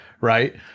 right